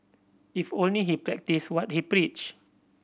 if only he practised what he preached